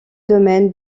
domaines